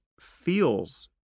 feels